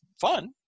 fun